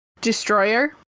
destroyer